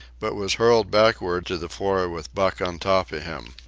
but was hurled backward to the floor with buck on top of him.